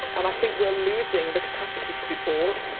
and i think we're losing the capacity to be bored,